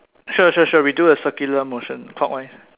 sure sure sure we do a circular motion clockwise